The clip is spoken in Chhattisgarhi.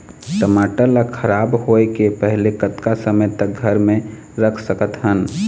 टमाटर ला खराब होय के पहले कतका समय तक घर मे रख सकत हन?